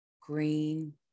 green